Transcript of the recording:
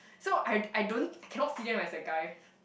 so I I don't cannot see them as a guy